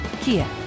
Kia